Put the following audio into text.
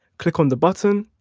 click on the button,